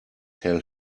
tell